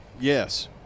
yes